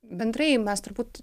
bendrai mes turbūt